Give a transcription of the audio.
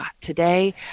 today